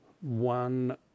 one